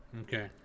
Okay